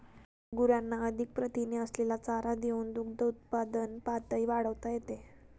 गुरांना अधिक प्रथिने असलेला चारा देऊन दुग्धउत्पादन पातळी वाढवता येते